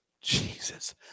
Jesus